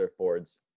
surfboards